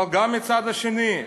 אבל גם מהצד השני,